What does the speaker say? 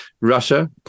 Russia